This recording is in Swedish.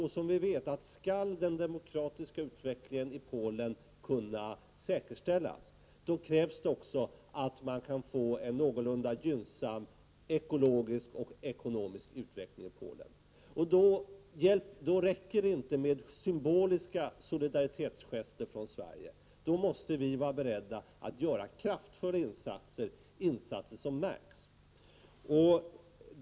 Vi vet att om den demokratiska utvecklingen i Polen skall kunna säkerställas, då krävs det också att man kan få en någorlunda gynnsam ekologisk och ekonomisk utveckling där. Då räcker det inte med symboliska solidaritetsgester från Sveriges sida, utan vi måste vara beredda att göra kraftfulla insatser som märks.